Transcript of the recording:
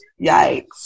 Yikes